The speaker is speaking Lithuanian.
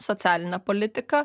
socialine politika